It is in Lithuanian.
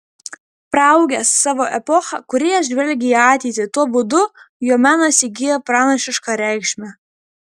praaugęs savo epochą kūrėjas žvelgia į ateitį tuo būdu jo menas įgyja pranašišką reikšmę